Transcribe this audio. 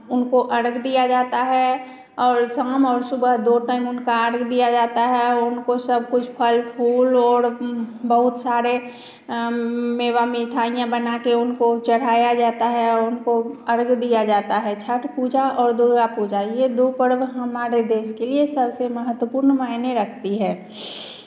उनको अर्घ्य दिया जाता है और शाम और सुबह दो टाइम उनका अर्घ्य दिया जाता है उनको सबकुछ फल फूल और बहुत सारे मेवा मिठाइयाँ बना के उनको चढ़ाया जाता है और उनको अर्घ्य दिया जाता है छठ पूजा और दुर्गा पूजा ये दो पर्व हमारे देश के लिए सबसे महत्वपूर्ण मायने रखती है